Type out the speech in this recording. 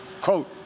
Quote